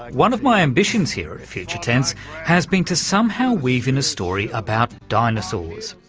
one of my ambitions here at future tense has been to somehow weave in a story about dinosaurs,